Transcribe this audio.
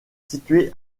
situé